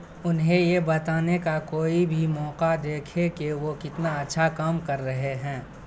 انہیں یہ بتانے کا کوئی بھی موقع دیکھیں کہ وہ کتنا اچھا کام کر رہے ہیں